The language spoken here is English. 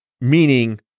meaning